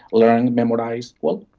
learn, memorise. well,